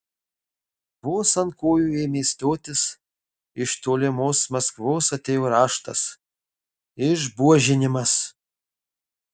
vos ant kojų ėmė stotis iš tolimos maskvos atėjo raštas išbuožinimas